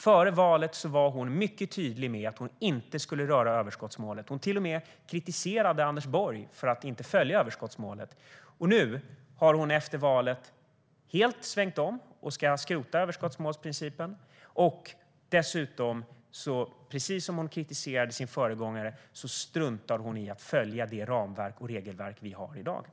Före valet var hon mycket tydlig med att hon inte skulle röra överskottsmålet. Hon kritiserade till och med Anders Borg för att inte hålla sig till överskottsmålet. Nu, efter valet, har hon helt svängt om och ska skrota överskottsmålsprincipen. Precis som hon kritiserade sin föregångare för att göra struntar hon dessutom i att följa det ramverk och regelverk vi har i dag.